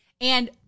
And-